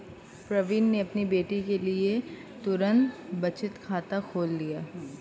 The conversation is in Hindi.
प्रवीण ने अपनी बेटी के लिए तुरंत बचत खाता खोल लिया